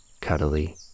cuddly